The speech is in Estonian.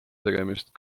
tegemist